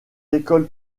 écoles